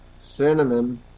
cinnamon